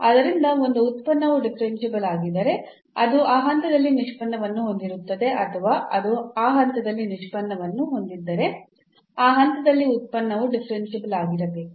ಆದ್ದರಿಂದ ಒಂದು ಉತ್ಪನ್ನವು ಡಿಫರೆನ್ಸಿಬಲ್ ಆಗಿದ್ದರೆ ಅದು ಆ ಹಂತದಲ್ಲಿ ನಿಷ್ಪನ್ನವನ್ನು ಹೊಂದಿರುತ್ತದೆ ಅಥವಾ ಅದು ಆ ಹಂತದಲ್ಲಿ ನಿಷ್ಪನ್ನವನ್ನು ಹೊಂದಿದ್ದರೆ ಆ ಹಂತದಲ್ಲಿ ಉತ್ಪನ್ನವು ಡಿಫರೆನ್ಸಿಬಲ್ ಆಗಿರಬೇಕು